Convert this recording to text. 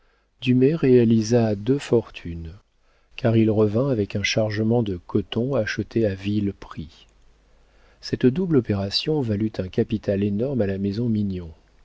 réalisa deux fortunes car il revint avec un chargement de coton acheté à vil prix cette double opération valut un capital énorme à la maison mignon